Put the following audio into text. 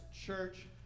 church